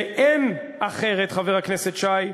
ואין אחרת, חבר הכנסת שי,